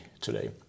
today